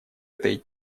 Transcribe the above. этой